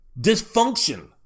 Dysfunction